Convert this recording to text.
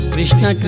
Krishna